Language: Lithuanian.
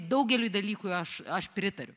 daugeliui dalykui aš aš pritariu